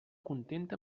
contenta